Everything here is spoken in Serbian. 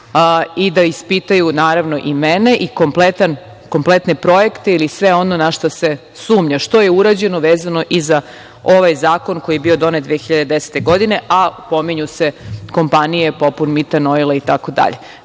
i da ispitaju i mene i kompletne projekte ili sve ono na šta se sumnja, što je urađeno vezano i za ovaj zakon koji je bio donet 2010. godine, a pominju se kompanije poput „Mitan Oil“ itd. Znači,